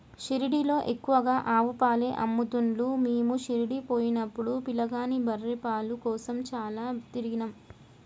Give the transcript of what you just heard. షిరిడీలో ఎక్కువగా ఆవు పాలే అమ్ముతున్లు మీము షిరిడీ పోయినపుడు పిలగాని బర్రె పాల కోసం చాల తిరిగినం